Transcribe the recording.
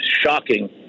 shocking